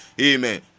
amen